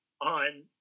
on